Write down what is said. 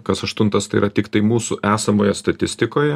kas aštuntas tai yra tiktai mūsų esamoje statistikoje